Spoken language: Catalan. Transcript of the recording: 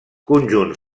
conjunt